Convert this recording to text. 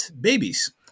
babies